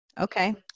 Okay